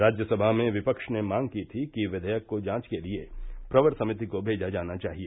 राज्य सभा में विपक्ष ने मांग की थी कि क्षियक को जांच के लिए प्रवर समिति को नेजा जाना चाहिए